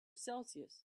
celsius